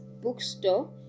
Bookstore